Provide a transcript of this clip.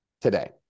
today